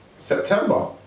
September